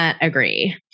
agree